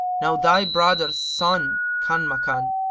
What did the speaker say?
now thy brother's son, kanmakan,